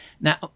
Now